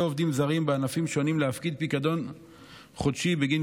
עובדים זרים בענפים שונים להפקיד פיקדון חודשי בגין